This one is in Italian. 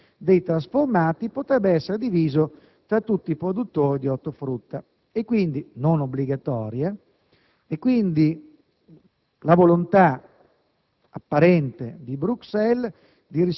oggi è stato ad esclusivo appannaggio e segmento dei trasformati, potrebbe essere diviso tra tutti i produttori di ortofrutta, anche se non obbligatoriamente. Sembra questa la volontà